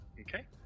Okay